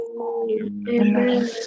Amen